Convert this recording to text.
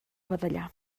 badallar